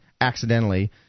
accidentally